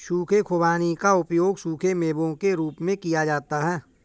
सूखे खुबानी का उपयोग सूखे मेवों के रूप में किया जाता है